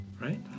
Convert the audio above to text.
right